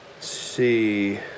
See